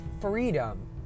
freedom